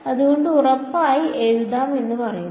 അതുകൊണ്ട് ഉറപ്പായി എഴുതാം എന്ന് പറയുന്നു